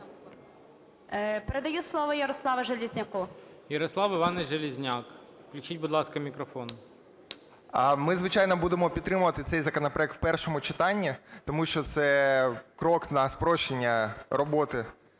Передаю слово Ярославу Железняку. ГОЛОВУЮЧИЙ. Ярослав Іванович Железняк. Включіть, будь ласка, мікрофон. 16:40:30 ЖЕЛЕЗНЯК Я.І. Ми, звичайно, будемо підтримувати цей законопроект у першому читанні, тому що це крок на спрощення роботи